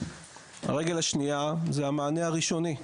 הרגל השנייה זה המענה הראשון.